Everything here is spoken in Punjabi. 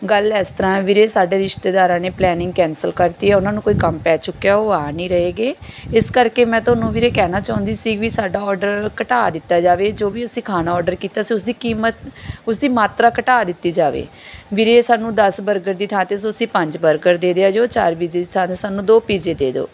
ਗੱਲ ਇਸ ਤਰ੍ਹਾਂ ਵੀਰੇ ਸਾਡੇ ਰਿਸ਼ਤੇਦਾਰਾਂ ਨੇ ਪਲੈਨਿੰਗ ਕੈਂਸਲ ਕਰਤੀ ਉਹਨਾਂ ਨੂੰ ਕੋਈ ਕੰਮ ਪੈ ਚੁੱਕਿਆ ਉਹ ਆ ਨਹੀਂ ਰਹੇ ਗੇ ਇਸ ਕਰਕੇ ਮੈਂ ਤੁਹਾਨੂੰ ਵੀਰੇ ਕਹਿਣਾ ਚਾਹੁੰਦੀ ਸੀ ਵੀ ਸਾਡਾ ਓਰਡਰ ਘਟਾ ਦਿੱਤਾ ਜਾਵੇ ਜੋ ਵੀ ਅਸੀਂ ਖਾਣਾ ਓਰਡਰ ਕੀਤਾ ਸੀ ਉਸ ਦੀ ਕੀਮਤ ਉਸਦੀ ਮਾਤਰਾ ਘਟਾ ਦਿੱਤੀ ਜਾਵੇ ਵੀਰੇ ਸਾਨੂੰ ਦਸ ਬਰਗਰ ਦੀ ਥਾਂ 'ਤੇ ਸੋ ਅਸੀਂ ਪੰਜ ਬਰਗਰ ਦੇ ਦਿਆ ਜੋ ਚਾਰ ਪੀਜੇ ਦੀ ਥਾਂ 'ਤੇ ਸਾਨੂੰ ਦੋ ਪੀਜੇ ਦੇ ਦਿਉ